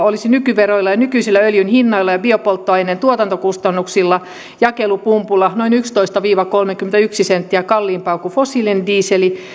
olisi nykyveroilla ja nykyisillä öljyn hinnoilla ja biopolttoaineen tuotantokustannuksilla jakelupumpulla noin yksitoista viiva kolmekymmentäyksi senttiä kalliimpaa kuin fossiilinen diesel